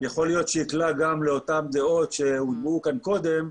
יכול להיות שיקלע גם לאותן דעות שהובעו גם קודם,